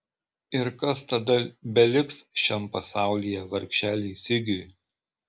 ir kas tada beliks šiam pasaulyje vargšeliui sigiui